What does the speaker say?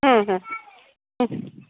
ಹ್ಞೂ ಹ್ಞೂ